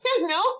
No